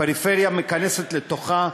הפריפריה מכנסת לתוכה,